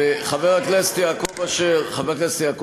חבר הכנסת יעקב אשר,